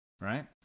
right